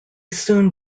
soon